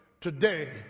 today